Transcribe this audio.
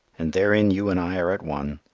and therein you and i are at one.